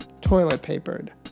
toilet-papered